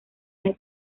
del